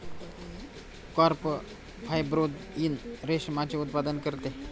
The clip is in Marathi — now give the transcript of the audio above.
कार्प फायब्रोइन रेशमाचे उत्पादन करते